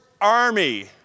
army